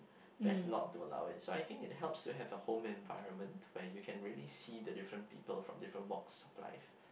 best not to allow it so I think it helps to have a home environment where you can really see the different people from different walks of life